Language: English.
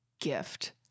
gift